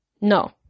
No